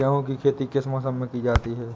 गेहूँ की खेती किस मौसम में की जाती है?